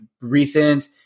recent